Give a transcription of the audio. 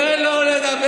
תן לו לדבר.